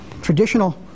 traditional